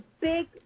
big